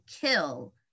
kill